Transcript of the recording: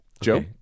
Joe